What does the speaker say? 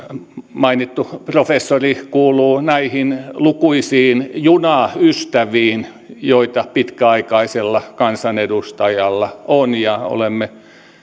mainittu professori kuuluu näihin lukuisiin junaystäviin joita pitkäaikaisella kansanedustajalla on ja olemme